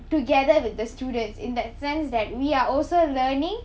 together with the students in that sense that we are also learning